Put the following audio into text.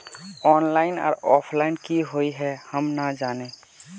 Online आर offline की हुई है हम ना जाने?